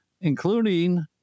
including